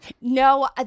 no